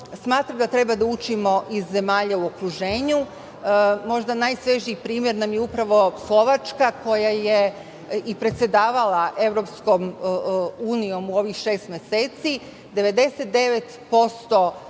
smatram da treba da učimo iz zemalja u okruženju. Možda najsvežiji primer nam je upravo Slovačka koja je i predsedavala EU u ovih šest meseci,